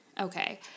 okay